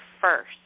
first